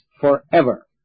forever